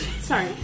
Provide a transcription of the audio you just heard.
Sorry